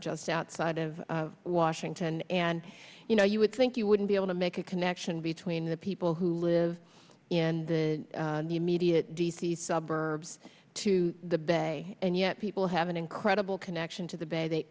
just outside of washington and you know you would think you wouldn't be able to make a connection between the people who live in the immediate d c suburbs to the bay and yet people have an incredible connection to the bay they